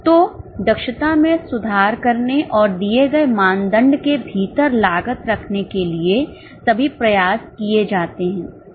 तो दक्षता में सुधार करने और दिए गए मानदंड के भीतर लागत रखने के लिए सभी प्रयास किए जाते हैं